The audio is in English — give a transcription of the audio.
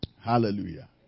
Hallelujah